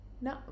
no